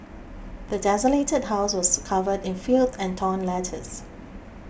the desolated house was covered in filth and torn letters